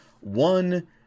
one